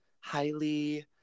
highly